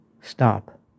stop